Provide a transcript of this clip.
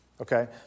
Okay